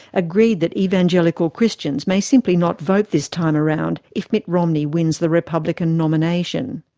agreed that evangelical christians may simply not vote this time around if mitt romney wins the republican nomination.